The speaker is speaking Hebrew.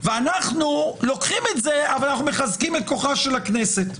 ואנחנו לוקחים את זה אבל אנחנו מחזקים את כוחה של הכנסת.